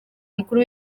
umukuru